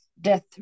death